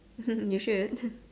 you should